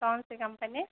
कौनसी कम्पनी